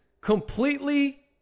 completely